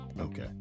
okay